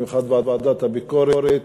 במיוחד בוועדת הביקורת,